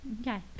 Okay